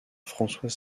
françois